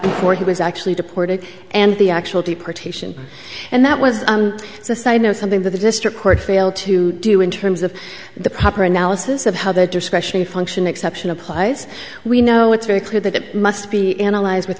before he was actually deported and the actual deportation and that was the side know something that the district court failed to do in terms of the proper analysis of how their discretionary function exception applies we know it's very clear that it must be analyzed with